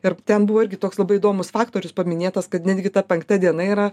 ir ten buvo irgi toks labai įdomus faktorius paminėtas kad netgi ta penkta diena yra